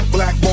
Black